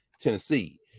tennessee